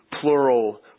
plural